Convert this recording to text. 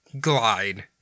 glide